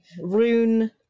rune